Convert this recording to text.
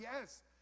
yes